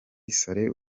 saleh